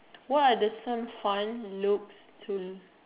what are the some fun looks to